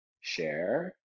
share